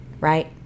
right